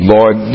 Lord